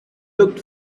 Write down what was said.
looked